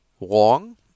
wrong